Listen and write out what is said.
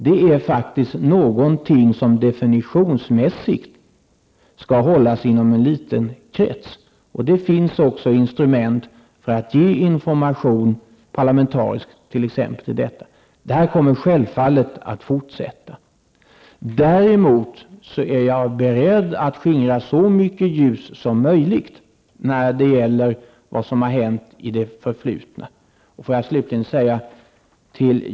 Det är något som definitionsmässigt skall hållas inom en liten krets. Det finns också instrument för att ge information parlamentariskt om t.ex. detta. Det kommer självfallet att fortsätta. Däremot är jag beredd att sprida så mycket ljus som möjligt när det gäller vad som har hänt i det förflutna.